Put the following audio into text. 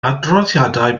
adroddiadau